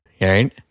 Right